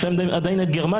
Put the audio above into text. יש לכם עדיין את גרמניה,